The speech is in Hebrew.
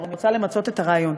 אני רוצה למצות את הרעיון.